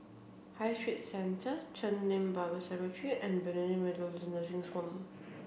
High Street Centre Chen Lien Bible Seminary and Bethany Methodist Nursing Home